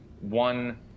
one